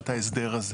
את ההסדר הזה.